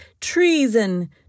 Treason